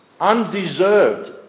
undeserved